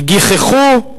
גיחכו,